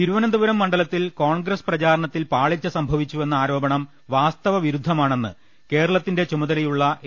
തിരുവനന്തപുരം മണ്ഡലത്തിൽ കോൺഗ്രസ് പ്രചാരണത്തിൽ പാളിച്ച സംഭവിച്ചുവെന്ന ആരോപണം വാസ്തവവിരുദ്ധമാണെന്ന് കേരളത്തിന്റെ ചുമതലയുള്ള എ